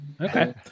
Okay